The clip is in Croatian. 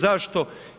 Zašto?